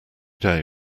day